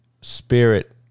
Spirit